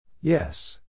Yes